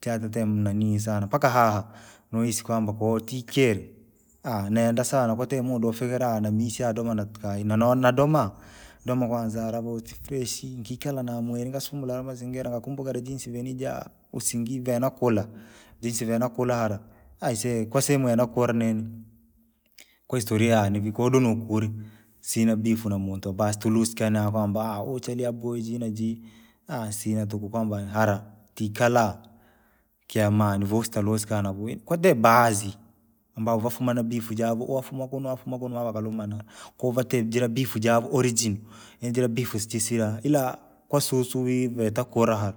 chatitee nani sana mpaka hahaa, noisi kwamba kotekiree, nendaa sana kuti muda ufikire namsiya nadoma na kayii nano nadomna, domaa kwanza harabuji freshi kikala namwiriri nivasumula hara mazingira nitatumbukaa jinsi ninajaa, usingi venakula. Jinsi venakula hara, aise kwa sehemu ye nakunao nini. Kwa historia yani kodono kori, sina bifuu na muntu basi tulusika na kwamba huyu aboe ji najii. sina tatu kwamba hara tikala, kiamaini vosii talisukaa navoo kwati baadhi, ambavyo vafumaa na bifu javyo koafumaa afuma kuno ava- akalumana. Kovati jira bifu javyo yaani jirabifu stisila, ila kwasusu viveta kuraha.